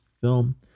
film